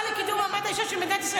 אני השרה לקידום מעמד האישה של ישראל.